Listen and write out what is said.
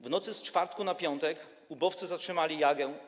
W nocy z czwartku na piątek ubowcy zatrzymali Jagę.